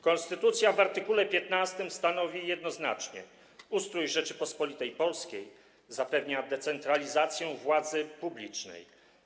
Konstytucja w art. 15 stanowi jednoznacznie: Ustrój Rzeczypospolitej Polskiej zapewnia decentralizację władzy publicznej.